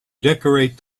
decorate